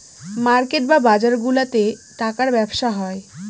market বা বাজারগুলাতে টাকার ব্যবসা হয়